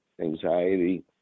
anxiety